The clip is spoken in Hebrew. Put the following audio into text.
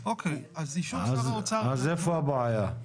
אז איפה הבעיה?